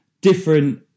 different